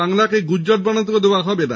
বাংলাকে গুজরাট বানাতে দেওয়াও হবে না